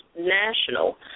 national